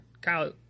Kyle